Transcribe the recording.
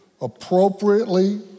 appropriately